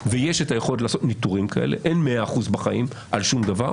ויש את היכולת לעשות ניטורים כאלה אין מאה אחוז בחיים על שום דבר